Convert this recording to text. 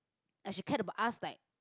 and she cared about us like